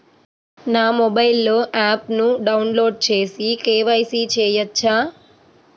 నా మొబైల్లో ఆప్ను డౌన్లోడ్ చేసి కే.వై.సి చేయచ్చా?